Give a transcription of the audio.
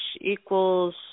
equals